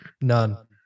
None